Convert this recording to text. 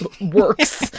works